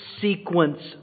sequence